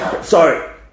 Sorry